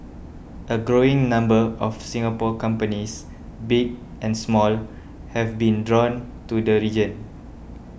a growing number of Singapore companies big and small have been drawn to the region